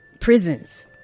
prisons